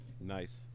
Nice